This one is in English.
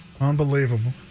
Unbelievable